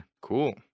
cool